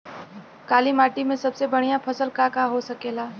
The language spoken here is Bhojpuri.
काली माटी में सबसे बढ़िया फसल का का हो सकेला?